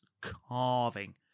carving